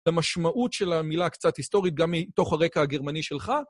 למשמעות של המילה הקצת היסטורית, גם מתוך הרקע הגרמני שלך.